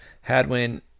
Hadwin